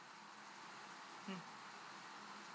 mm